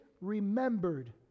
remembered